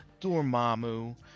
Dormammu